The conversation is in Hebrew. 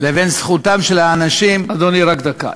לבין זכותם של האנשים, אדוני, רק דקה.